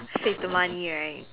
save the money right